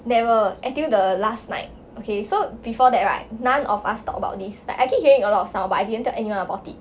never until the last night okay so before that right none of us talk about this like I keep hearing a lot of sound but I didn't tell anyone about it